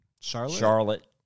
Charlotte